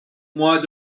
mois